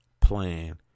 plan